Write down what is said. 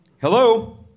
Hello